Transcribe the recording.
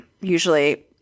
usually